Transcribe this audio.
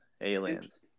aliens